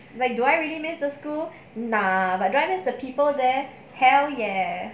wait do I really miss the school nah but do I missed the people there hell there